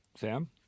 Sam